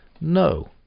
No